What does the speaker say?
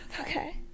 Okay